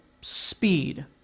speed